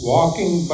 Walking